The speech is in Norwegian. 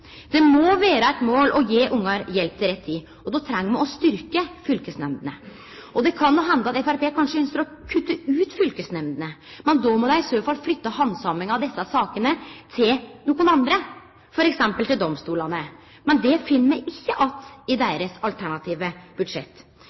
rett tid, og då treng me å styrkje fylkesnemndene. Det kan hende at Framstegspartiet ynskjer å kutte ut fylkesnemndene, men då må dei i så fall flytte handsaminga av desse sakene til nokon andre, f.eks. til domstolane. Men det finn me ikkje att i deira alternative budsjett.